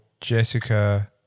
Jessica